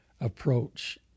approach